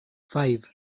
five